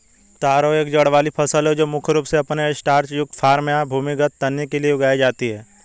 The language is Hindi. तारो एक जड़ वाली फसल है जो मुख्य रूप से अपने स्टार्च युक्त कॉर्म या भूमिगत तने के लिए उगाई जाती है